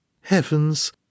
Heavens